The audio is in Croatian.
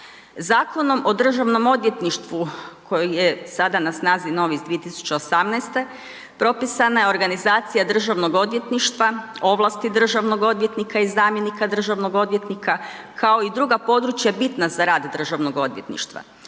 Zakonom o Državnom odvjetništvu koji je sada na snazi novi iz 2018., propisana je organizacija Državnog odvjetništva, ovlasti državnog odvjetnika i zamjenika državnog odvjetnika kao i druga područja bitna za rad Državnog odvjetništva.